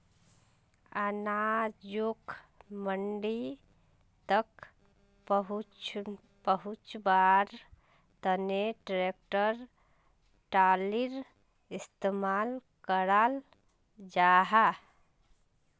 अनाजोक मंडी तक पहुन्च्वार तने ट्रेक्टर ट्रालिर इस्तेमाल कराल जाहा